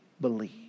believe